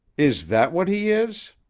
is that what he is?